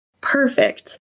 perfect